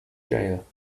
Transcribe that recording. jail